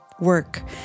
work